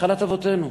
נחלת אבותינו.